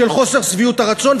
של חוסר שביעות רצון,